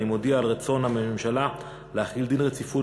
אני מודיע על רצון הממשלה להחיל דין רציפות